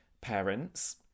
parents